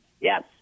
Yes